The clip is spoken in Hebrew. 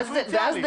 ואז,